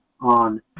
on